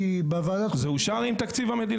כי בוועדת החוץ והביטחון --- זה אושר עם תקציב המדינה.